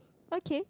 okay